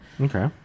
Okay